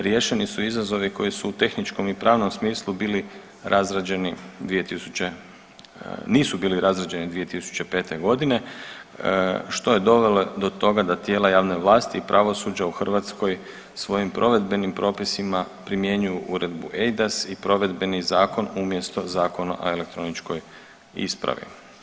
Riješeni su izazovi koji su u tehničkom i pravnom smislu bili razrađeni 2000, nisu bili razrađeni 2005. godine, što je dovelo do toga da tijela javne vlasti i pravosuđa u Hrvatskoj svojim provedbenim propisima primjenjuju Uredbu EIDAS i provedbeni zakon umjesto Zakona o elektroničkoj ispravi.